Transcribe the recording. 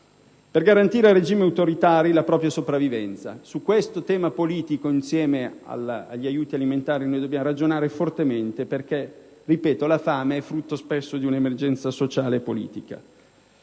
per garantire al regime autoritario la propria sopravvivenza. Su questo tema politico insieme agli aiuti alimentari dobbiamo ragionare fortemente perché, ripeto, la fame è spesso il frutto di un'emergenza sociale e politica.